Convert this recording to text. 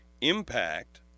impact